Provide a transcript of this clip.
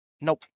Nope